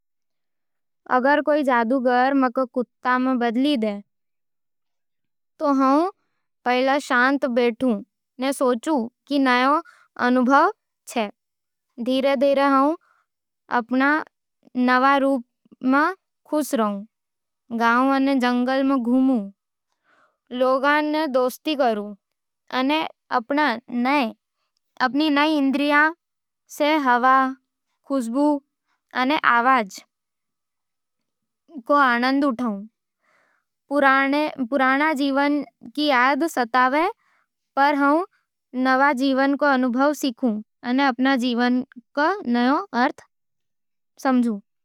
अगर कोई जादूगर मने कुत्ता में बदल दे, तो मैं पहले शांत बैठ के सोचूं कि ई नया अनुभव है। धीरे-धीरे मैं अपन नवा रूप में खुश रहूं। गाँव अने जंगल में घूमूं, लोगां से दोस्ती करूं, अने अपने नये इंद्रियां सै हवा, खुशबू, अने आवाज रो आनंद उठावूं। पुराने जीवन री याद सतावै, पर मैं नवा अनुभव सीखूं अने अपन जीवन रो नया अर्थ समझूं।